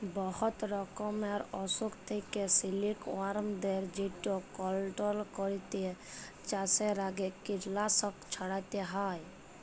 বহুত রকমের অসুখ থ্যাকে সিলিকওয়ার্মদের যেট কলট্রল ক্যইরতে চাষের আগে কীটলাসক ছইড়াতে হ্যয়